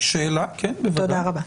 כן, בוודאי.